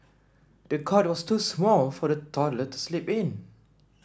the cot was too small for the toddler to sleep in